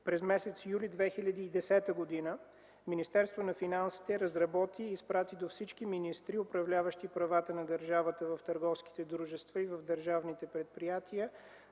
през м. юли 2010 г. Министерството на финансите разработи и изпрати до всички министри, управляващи правата на държавата в търговските дружества и в държавните предприятия,